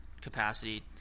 capacity